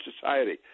society